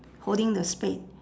holding the spade